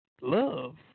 love